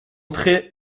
entrer